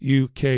UK